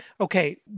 Okay